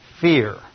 fear